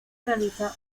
realiza